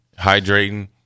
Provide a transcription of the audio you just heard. hydrating